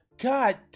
god